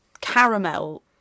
caramel